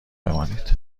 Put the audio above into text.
بمانید